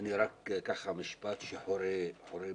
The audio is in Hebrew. רק משפט שחורה לי.